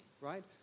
right